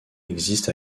existe